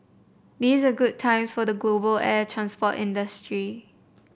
good times for the global air transport industry